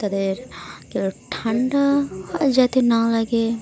তাদের কেউ ঠান্ডা হয় যাতে না লাগে